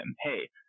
Hey